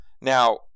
Now